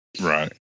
Right